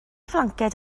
flanced